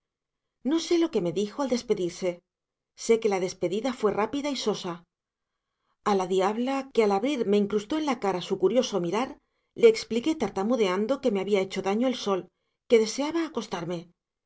no sé lo que me dijo al despedirse sé que la despedida fue rápida y sosa a la diabla que al abrir me incrustó en la cara su curioso mirar le expliqué tartamudeando que me había hecho daño el sol que deseaba acostarme